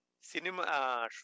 Cinema